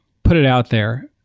put it out there,